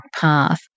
path